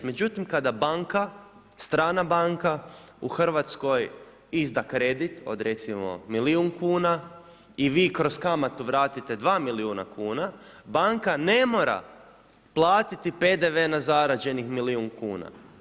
Međutim kada banka, strana banka u Hrvatskoj izda kredit od recimo milijun kuna i vi kroz kamatu vratite 2 milijuna kuna, banke ne mora platiti PDV na zarađenih milijun kuna.